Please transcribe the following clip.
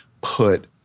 put